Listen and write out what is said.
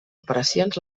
operacions